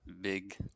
big